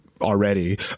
already